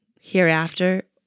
Hereafter